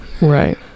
Right